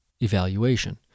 evaluation